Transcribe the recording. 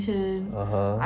(uh huh)